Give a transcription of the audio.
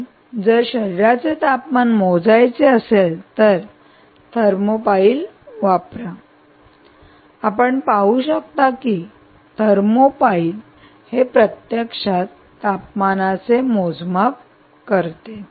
आणि जर शरीराचे तापमान मोजायचे असेल तर थर्मापाईल वापरा आपण पाहू शकता थर्मापाईल हे प्रत्यक्षात तापमानाचे मोजमाप करते